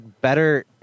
better